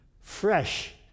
fresh